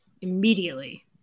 immediately